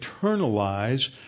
internalize